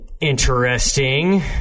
Interesting